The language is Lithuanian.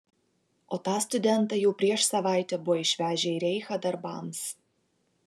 o tą studentą jau prieš savaitę buvo išvežę į reichą darbams